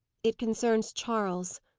it concerns charles.